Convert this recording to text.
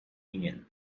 union